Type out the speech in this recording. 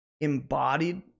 embodied